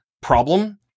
problem